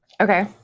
Okay